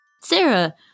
sarah